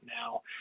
now